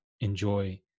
enjoy